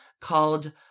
called